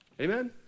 Amen